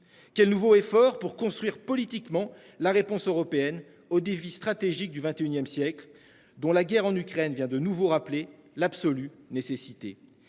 Quels nouveaux efforts pour construire politiquement la réponse européenne au défi stratégique du XXIe siècles dont la guerre en Ukraine vient de nouveau rappeler l'absolue nécessité